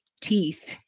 teeth